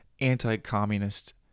anti-communist